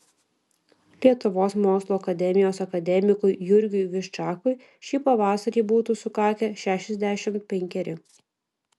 lietuvos mokslų akademijos akademikui jurgiui viščakui šį pavasarį būtų sukakę šešiasdešimt penkeri